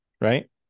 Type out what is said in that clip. right